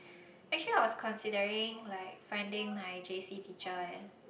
actually I was considering like finding my J_C teacher eh